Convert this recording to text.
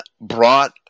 brought